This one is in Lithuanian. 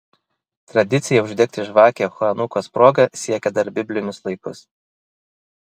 tradicija uždegti žvakę chanukos proga siekia dar biblinius laikus